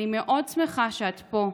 אני מאוד שמחה שאת פה,